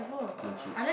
legit